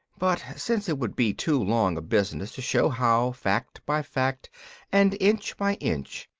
but, since it would be too long a business to show how, fact by fact and inch by inch,